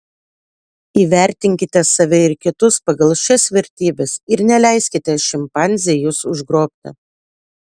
įvertinkite save ir kitus pagal šias vertybes ir neleiskite šimpanzei jus užgrobti